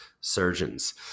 surgeons